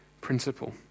principle